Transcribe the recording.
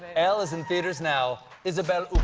ah elle is in theaters now. isabelle